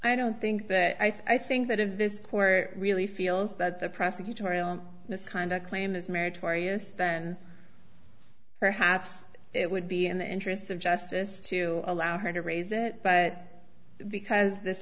i don't think that i think that if this court really feels that the prosecutorial misconduct claim is meritorious then perhaps it would be in the interests of justice to allow her to raise it but because this